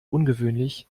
ungewöhnlich